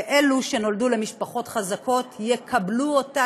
ואלה שנולדו למשפחות חזקות יקבלו אותה